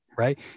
right